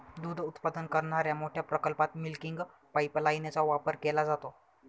दूध उत्पादन करणाऱ्या मोठ्या प्रकल्पात मिल्किंग पाइपलाइनचा वापर केला जातो